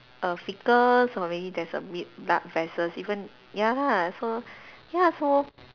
err freckles or maybe there's a mid blood vessels even ya lah so ya so